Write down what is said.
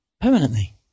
permanently